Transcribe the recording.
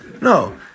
No